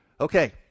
Okay